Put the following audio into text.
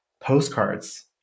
postcards